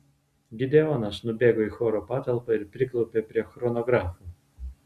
gideonas nubėgo į choro patalpą ir priklaupė prie chronografo